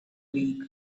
week